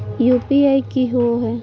UPI की होवे हय?